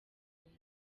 buntu